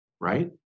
right